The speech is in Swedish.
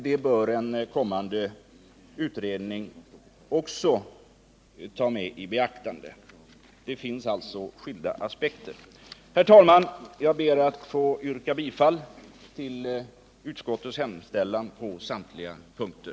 Det bör en kommande utredning också ta i beaktande. Det finns alltså skilda aspekter. Herr talman! Jag ber att få yrka bifall till utskottets hemställan på samtliga punkter.